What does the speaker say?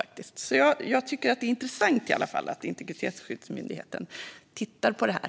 Jag tycker i alla fall att det är intressant att Integritetsskyddsmyndigheten tittar på detta.